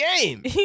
game